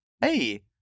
hey